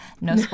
no